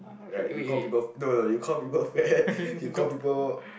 right you call people no no you call people ppl fat you call people